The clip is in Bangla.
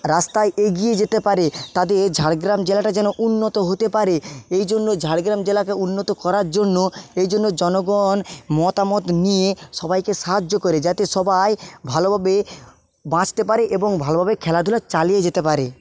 রাস্তায় এগিয়ে যেতে পারে তাদের ঝাড়গ্রাম জেলাটা যেন উন্নত হতে পারে এই জন্য ঝাড়গ্রাম জেলাকে উন্নত করার জন্য এই জন্য জনগণ মতামত নিয়ে সবাইকে সাহায্য করে যাতে সবাই ভালোভাবে বাঁচতে পারে এবং ভালোভাবে খেলাধুলা চালিয়ে যেতে পারে